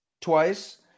twice